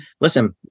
listen